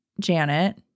janet